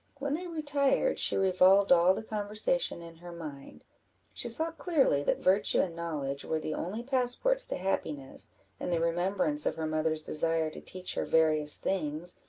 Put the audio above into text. when they retired, she revolved all the conversation in her mind she saw clearly that virtue and knowledge were the only passports to happiness and the remembrance of her mother's desire to teach her various things,